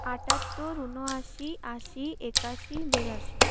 আটাত্তর ঊনআশি আশি একাশি বিরাশি